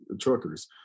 truckers